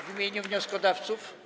W imieniu wnioskodawców?